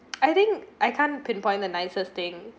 I think I can't pinpoint the nicest thing